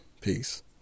Peace